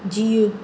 जीउ